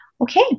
Okay